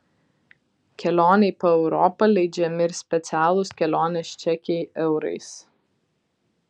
kelionei po europą leidžiami ir specialūs kelionės čekiai eurais